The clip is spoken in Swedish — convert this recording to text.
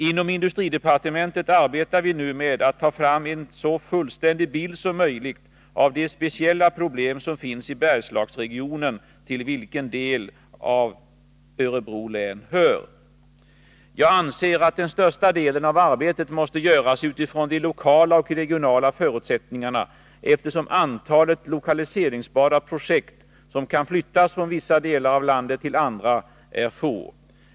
Inom industridepartementet arbetar vi nu med att ta fram en så fullständig bild som möjligt av de speciella problem som finns i Bergslagsregionen, till vilken del av Örebro län hör. Jag anser att den största delen av arbetet måste göras utifrån de lokala och regionala förutsättningarna, eftersom antalet lokaliseringsbara projekt som kan flyttas från vissa delar av landet till andra är få.